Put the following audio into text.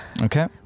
Okay